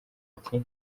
ati